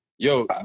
Yo